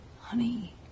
honey